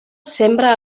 sembra